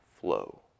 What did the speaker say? flow